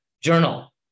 journal